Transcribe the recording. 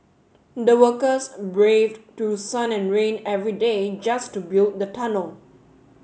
the workers braved through sun and rain every day just to build the tunnel